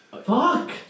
fuck